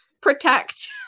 Protect